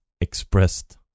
expressed